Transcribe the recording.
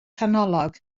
canolog